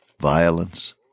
Violence